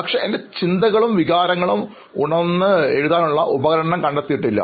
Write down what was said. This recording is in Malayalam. പക്ഷേ എൻറെ ചിന്തകളും വികാരങ്ങളും ഉണർന്നു എഴുതാനുള്ള ഉപകരണം കണ്ടെത്തിയിട്ടില്ല